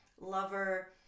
lover